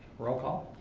role call.